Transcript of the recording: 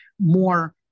more